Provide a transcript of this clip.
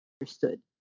understood